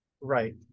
Right